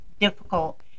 difficult